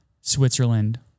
Switzerland